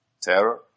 terror